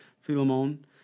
Philemon